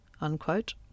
unquote